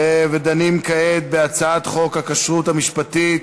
ודנים כעת בהצעת חוק הכשרות המשפטית